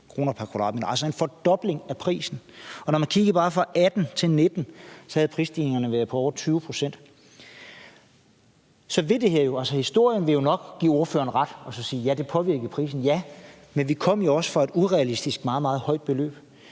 kr. pr. kvadratmeter, altså en fordobling af prisen, og når man kiggede på udviklingen bare fra 2018 til 2019, var prisstigningerne på over 20 pct., så vil historien jo nok give ordføreren ret og sige, at det påvirkede priserne. Ja, men vi kom jo også fra et urealistisk meget højt beløb.